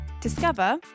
Discover